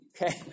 Okay